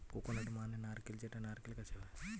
coconut মানে নারকেল যেটা নারকেল গাছে হয়